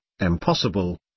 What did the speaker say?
impossible